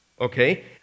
okay